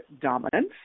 dominance